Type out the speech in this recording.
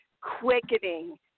quickening